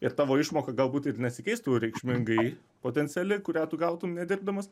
ir tavo išmoka galbūt ir nesikeistų reikšmingai potenciali kurią tu gautum nedirbdamas